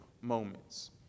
moments